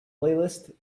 playlist